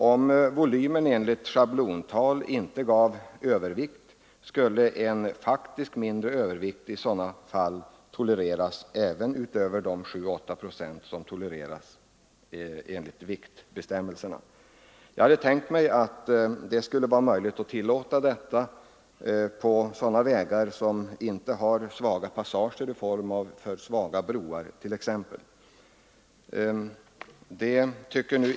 Om volymen enligt schablontal inte gav anledning att misstänka övervikt skulle en faktisk mindre övervikt — även utöver de 7—8 procent som tolereras enligt nuvarande tillämpningsbestämmelser — tolereras i sådana fall. Jag hade tänkt mig att det skulle vara möjligt att tillåta ett sådant tillvägagångssätt på sådana vägar som inte har svaga passager i form av t.ex. för svaga broar.